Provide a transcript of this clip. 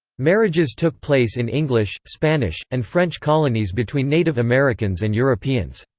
marriages took place in english, spanish, and french colonies between native americans and europeans.